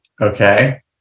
okay